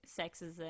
sexism